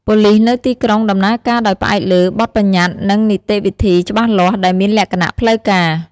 ប៉ូលិសនៅទីក្រុងដំណើរការដោយផ្អែកលើ បទប្បញ្ញត្តិ និងនីតិវិធីច្បាស់លាស់ ដែលមានលក្ខណៈផ្លូវការ។